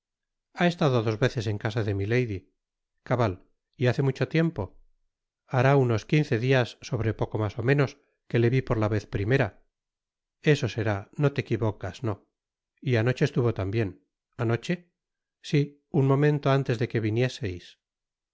ha estado dos veces en casa de milady cabal y hace mucho tiempo hará unos quince dias sobre poco mas ó menos que le vi por la vez primera eso será no te equivocas no y anoche estuvo tambien anoche sí un momento antes de que vinieseis